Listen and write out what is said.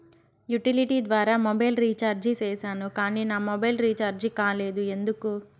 Utility ద్వారా mobile recharge సేసాను కానీ నా మొబైల్ రీచార్జి కాలేదు ఎందుకు?